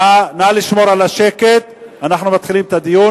נא לשמור על השקט, אנחנו מתחילים את הדיון.